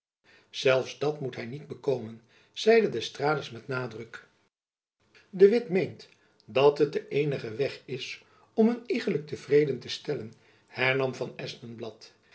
zelfs dat moet hy niet bekomen zeide d'estrades met nadruk de witt meent dat het de eenige weg is om een iegelijk te vreden te stellen hernam van